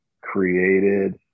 created